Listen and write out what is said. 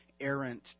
errant